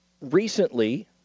recently